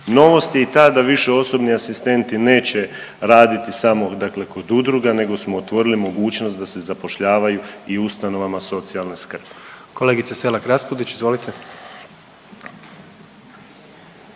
Novost je i ta da više osobni asistenti neće raditi samo dakle kod udruga nego smo otvorili mogućnost da se zapošljavaju i u ustanovama socijalne skrbi. **Jandroković, Gordan